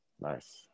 Nice